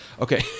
Okay